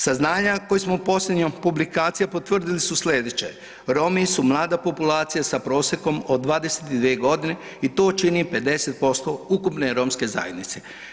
Saznanja koja smo posljednjom publikacijom potvrdili su sljedeće - Romi su mlada populacija sa prosjekom sa 22 godine i to čini 50% ukupne Romske zajednice.